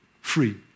Free